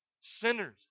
Sinners